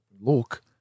look